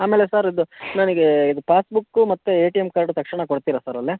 ಆಮೇಲೆ ಸರ್ ಇದು ನನಗೆ ಇದು ಪಾಸ್ಬುಕ್ಕು ಮತ್ತು ಎ ಟಿ ಎಮ್ ಕಾರ್ಡು ತಕ್ಷಣ ಕೊಡ್ತೀರಾ ಸರ್ ಅಲ್ಲೇ